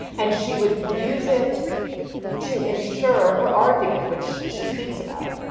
and she would use it to ensure her argument, which she speaks about,